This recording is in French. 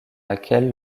laquelle